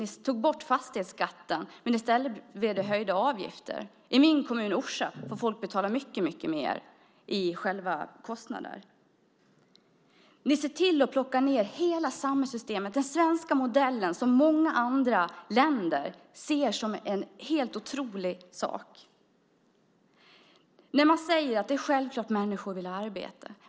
Ni tog bort fastighetsskatten, men i stället blev det höjda avgifter. I min kommun, Orsa, får folk betala mycket mer i kostnader. Ni ser till att plocka ned hela samhällssystemet, den svenska modellen som många andra länder ser som en helt otrolig sak. Man säger att det är självklart att människor vill arbeta.